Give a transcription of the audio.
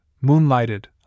moonlighted